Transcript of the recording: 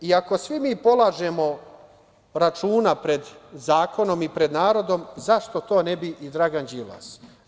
Ako svi mi polažemo računa pred zakonom i pred narodom, zašto to ne bi i Dragan Đilas.